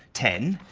ten,